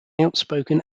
outspoken